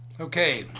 Okay